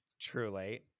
Truly